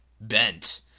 bent